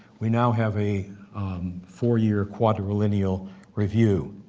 we now have a four year quadri-lineal review.